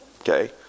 Okay